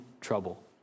trouble